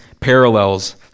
parallels